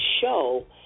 show